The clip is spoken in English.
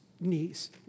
knees